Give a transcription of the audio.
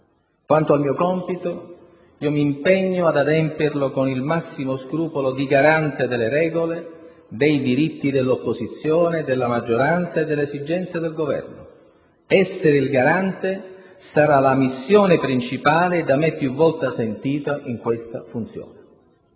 Quanto al mio compito, io mi impegno ad adempierlo con il massimo scrupolo di garante delle regole, dei diritti dell'opposizione, della maggioranza e delle esigenze del Governo. Essere il garante sarà la missione principale da me più volte sentita in questa funzione.